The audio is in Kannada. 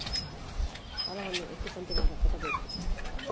ಸಾಲವನ್ನ ಎಷ್ಟು ಕಂತಿನಾಗ ಕಟ್ಟಬೇಕು?